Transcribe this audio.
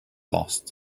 lost